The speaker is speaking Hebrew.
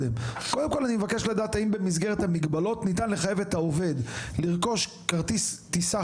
אם במסגרת המגבלות ניתן לחייב את העובד לרכוש כרטיס טיסה